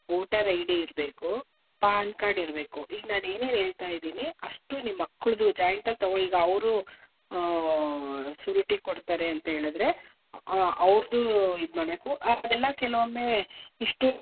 voter I D ಇರಬೇಕು PAN card ಇರಬೇಕು ಈಗ ನಾನು ಏನೇನು ಹೇಳ್ತಾಯಿದೀನಿ ಅಷ್ಟೂ ನಿಮ್ಮ ಮಕ್ಳದ್ದು ಜಾಯಿಂಟ್ ಈಗ ಅವ್ರು ಶೂರಿಟಿ ಕೊಡ್ತಾರೆ ಅಂತ ಹೇಳಿದ್ರೆ ಅವ್ರದ್ದೂ ಇದು ಮಾಡಬೇಕು ಆದೆಲ್ಲ ಕೆಲವೊಮ್ಮೆ ಇಷ್ಟು